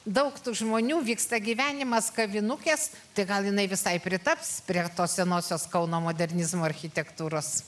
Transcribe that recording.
daug žmonių vyksta gyvenimas kavinukės tai gal jinai visai pritaps prie tos senosios kauno modernizmo architektūros